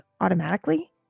automatically